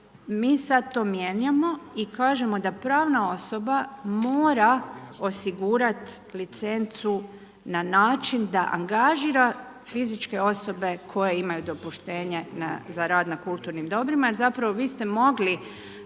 Mi sada to mijenjamo i kažemo da pravna osoba mora osigurati licencu na način da angažira fizičke osobe koje imaju dopuštenje za rad na kulturnim dobrima. Jer zapravo, vi ste mogli